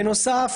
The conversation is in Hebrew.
בנוסף,